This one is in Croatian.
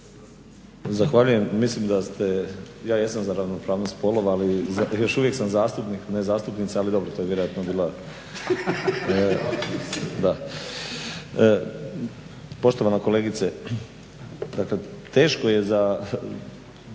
Zahvaljujem. Mislim da ste ja jesam za ravnopravnost spolova ali još uvijek sam zastupnik a ne zastupnica ali dobro to je vjerojatno bila da. Poštovana kolegice dakle teško